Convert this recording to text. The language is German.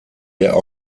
der